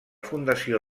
fundació